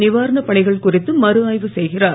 நிவாரணப் பணிகள் குறித்து மறு ஆய்வு செய்கிறார்